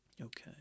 Okay